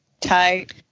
tight